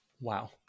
Wow